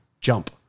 jump